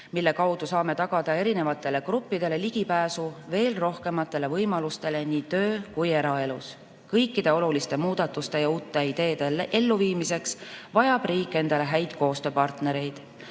mille kaudu saame tagada erinevatele gruppidele ligipääsu veel rohkematele võimalustele nii töö- kui ka eraelus. Kõikide oluliste muudatuste ja uute ideede elluviimiseks vajab riik häid koostööpartnereid.